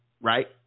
right